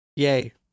yay